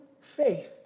faith